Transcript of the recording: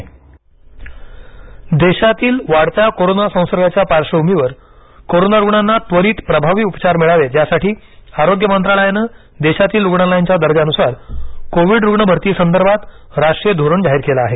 Covid रुग्ण धोरण देशातील वाढत्या कोरोना संसर्गाच्या पार्श्वभूमीवर कोरोना रुग्णांना त्वरित प्रभावी उपचार मिळावे यासाठी आरोग्य मंत्रालयाने देशातील रुग्णालयांच्या दर्जानुसार कोविड रुग्ण भरतीसंदर्भात राष्ट्रीय धोरण जाहीर केलं आहे